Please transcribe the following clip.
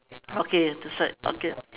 okay that's right okay